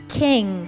king